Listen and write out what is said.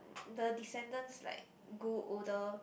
the descendants like grow older